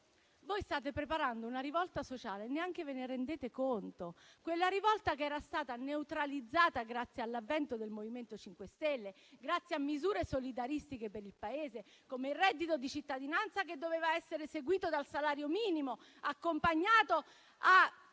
Voi state preparando una rivolta sociale e neanche ve ne rendete conto; quella rivolta che era stata neutralizzata grazie all'avvento del MoVimento 5 Stelle, grazie a misure solidaristiche per il Paese come il reddito di cittadinanza, che doveva essere seguito dal salario minimo, accompagnato per